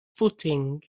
footing